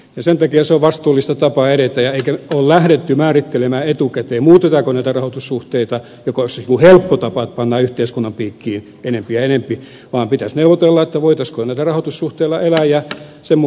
sen takia se on vastuullinen tapa edetä eikä ole lähdetty määrittelemään etukäteen muutetaanko näitä rahoitussuhteita mikä olisi helppo tapa että pannaan yhteiskunnan piikkiin enempi ja enempi vaan pitäisi neuvotella voitaisiinko näillä rahoitussuhteilla elää ja sen mukaan uudistuksia tehdä